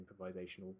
improvisational